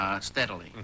Steadily